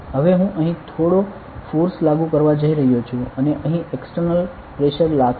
હવે હું અહીં થોડો ફોર્સ લાગુ કરવા જઈ રહ્યો છું અને અહીં એક્સટર્નલ પ્રેશર લાગશે